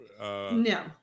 No